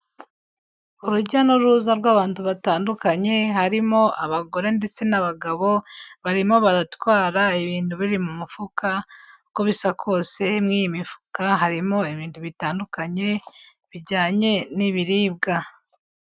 Urujya n'uruza rw'abantu batandukanye, harimo abagore ndetse n'abagabo, barimo baratwara ibintu biri mu mufuka, uko bisa kose muri iyi mifuka harimo ibintu bitandukanye bijyanye n'ibiribwa.